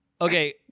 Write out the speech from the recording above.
Okay